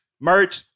Merch